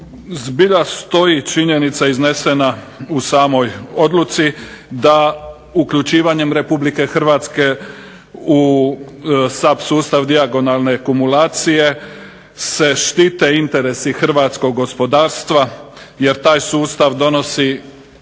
Zbilja stoji činjenica iznesena u samoj odluci da uključivanjem RH u SAP sustav dijagonalne kumulacije se štite interesi hrvatskog gospodarstva jer taj sustav donosi